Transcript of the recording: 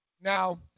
Now